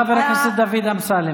חבר הכנסת אמסלם,